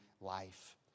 life